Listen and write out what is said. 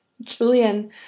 Julian